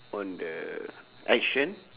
on the action